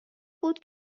بود